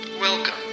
Welcome